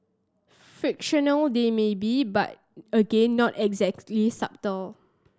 fictional they may be but again not exactly subtle